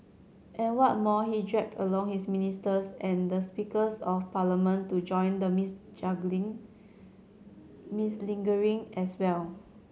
and what more he dragged along his ministers and the Speaker of Parliament to join the mudslinging as well